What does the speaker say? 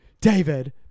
David